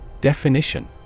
Definition